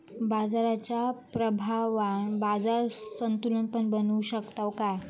बाजाराच्या प्रभावान बाजार संतुलन पण बनवू शकताव काय?